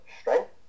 strength